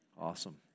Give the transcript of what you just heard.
Awesome